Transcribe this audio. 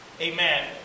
Amen